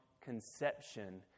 conception